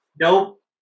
Nope